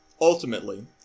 ultimately